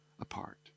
apart